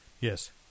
Yes